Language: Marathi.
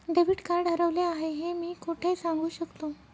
डेबिट कार्ड हरवले आहे हे मी कोठे सांगू शकतो?